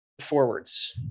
forwards